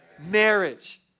marriage